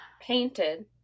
painted